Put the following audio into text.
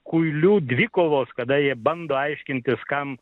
kuilių dvikovos kada jie bando aiškintis kam